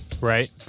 right